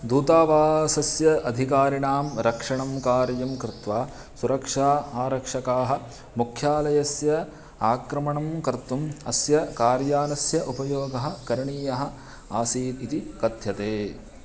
दूतावासस्य अधिकारिणां रक्षणं कार्यं कृत्वा सुरक्षा आरक्षकाः मुख्यालयस्य आक्रमणं कर्तुम् अस्य कार् यानस्य उपयोगः करणीयः आसीत् इति कथ्यते